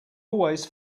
always